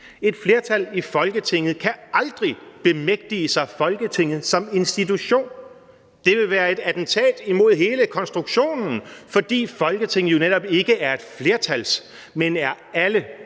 Et flertal i Folketinget kan aldrig bemægtige sig Folketinget som institution. Det ville være et attentat imod hele konstruktionen, fordi Folketinget jo netop ikke er flertallets, men er alle